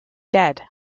dead